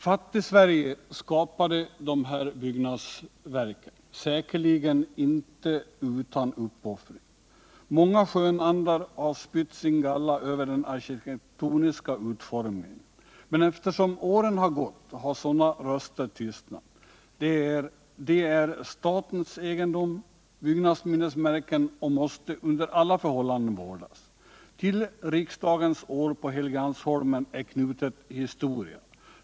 Fattigsverige skapade dessa byggnadsverk, säkerligen inte utan uppoffringar. Många skönandar har spytt sin galla över den arkitektoniska utformningen. Men eftersom åren har gått har sådana röster tystnat. Det är statens egendom, byggnadsminnesmärken, och de måste under alla förhållanden vårdas. Till riksdagens år på Helgeandsholmen är knutet historia.